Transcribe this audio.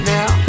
Now